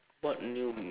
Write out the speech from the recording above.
what mu~